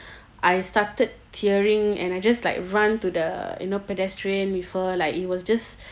I started tearing and I just like run to the you know pedestrian with her like it was just